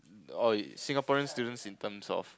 oh Singaporean students in terms of